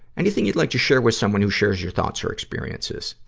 anything you'd like to share with someone who shares your thoughts or experiences?